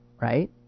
right